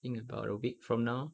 I think about a week from now